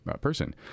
person